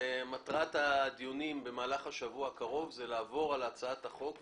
מטרת הדיונים במהלך השבוע הקרוב היא לעבור על הצעת החוק,